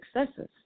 successes